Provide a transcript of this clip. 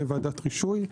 לוועדת רישוי.